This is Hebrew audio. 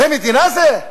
זה מדינה זה?